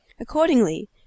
Accordingly